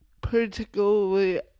particularly